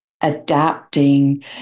adapting